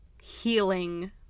healing